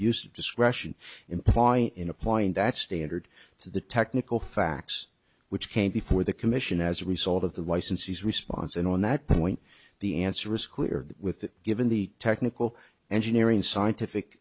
of discretion implying in applying that standard to the technical facts which came before the commission as a result of the licensees response and on that point the answer is clear with that given the technical engineering scientific